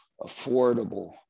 affordable